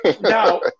Now